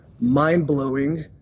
mind-blowing